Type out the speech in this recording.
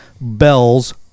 bells